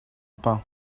pain